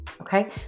Okay